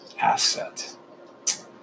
asset